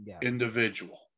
individual